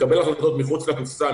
לקבל החלטות מחוץ לקופסה,